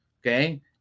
okay